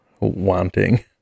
wanting